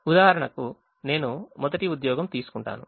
ఉదాహరణకు నేను మొదటి ఉద్యోగం తీసుకుంటాను